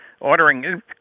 ordering